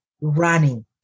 running